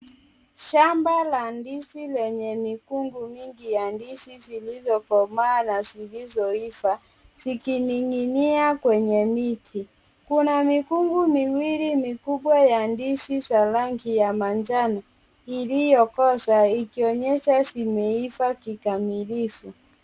Shamba la ndizi lenye mikungu mingi ya ndizi zilizokomaa na zilizoiva, zikining'inia kwenye miti. Kuna mikungu miwili mikubwa ya ndizi za rangi ya manjano iliyokosa, ikionyesha zimeiva kikamilifu.